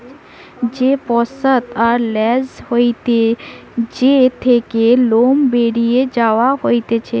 ভেড়ার পশ্চাৎ আর ল্যাজ হইতে যে থেকে লোম সরিয়ে লওয়া হতিছে